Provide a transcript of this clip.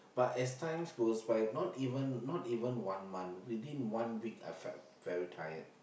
but as time goes by not even not even month within one week I felt very tired